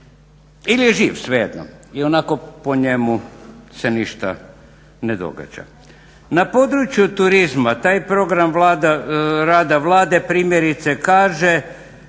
ili je živ svejedno ionako se po njemu ništa ne događa. Na području turizma taj program rada Vlade primjerice kaže